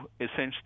essentially